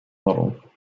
model